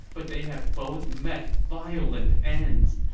but they have both met violent ends!